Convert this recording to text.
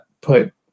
put